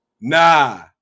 Nah